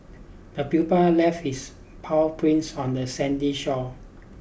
the pupil left its paw prints on the sandy shore